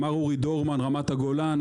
אמר אורי דורמן מרמת הגולן,